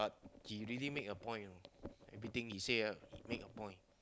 he really make a point everything he say ah make a point